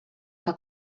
que